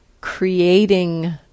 creating